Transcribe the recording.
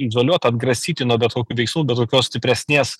izoliuot atgrasyti nuo bet kokių veiksmų bet kokios stipresnės